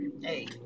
hey